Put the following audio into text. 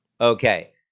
Okay